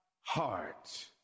heart